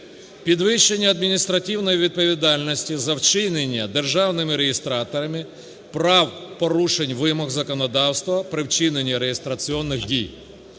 підвищення адміністративної відповідальності за вчинення державними реєстраторами прав порушень вимог законодавства при вчиненні реєстраційних дій,